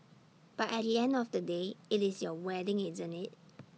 but at the end of the day IT is your wedding isn't IT